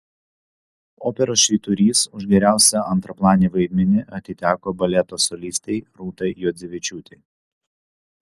operos švyturys už geriausią antraplanį vaidmenį atiteko baleto solistei rūtai juodzevičiūtei